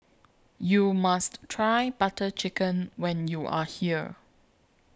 YOU must Try Butter Chicken when YOU Are here